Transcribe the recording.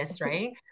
right